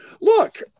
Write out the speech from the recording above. look